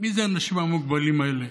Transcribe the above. מי הם האנשים המוגבלים האלה?